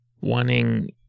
wanting